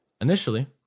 Initially